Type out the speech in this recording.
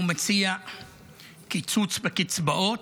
הוא מציע קיצוץ רוחבי בקצבאות,